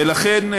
ולכן,